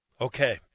Okay